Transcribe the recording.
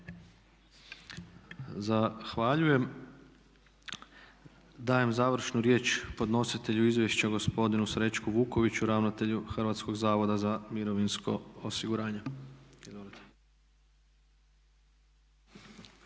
Zahvaljujem. Dajem završnu riječ podnositelju izvješća gospodinu Sreću Vukoviću, ravnatelju Hrvatskog zavoda za mirovinsko osiguranje.